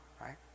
right